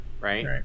Right